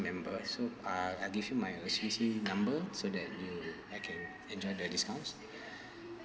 member so uh I give you my O_C_B_C number so that you I can enjoy the discounts